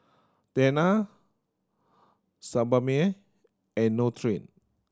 Tena Sebamed and Nutren